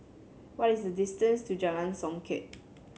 what is the distance to Jalan Songket